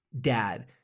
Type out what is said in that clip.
dad